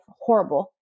horrible